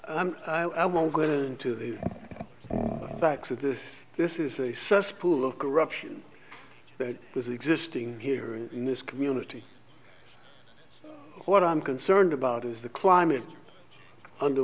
i won't get into the facts of this this is a cesspool of corruption that is existing here in this community what i'm concerned about is the climate under